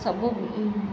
ସବୁ